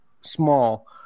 small